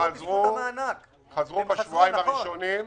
חזרו בשבועיים הראשונים.